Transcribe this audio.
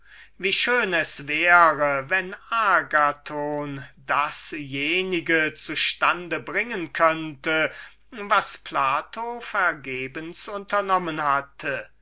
wie schön es wäre wenn agathon dasjenige zu stande bringen könnte was plato vergebens unternommen hatte